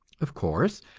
of course,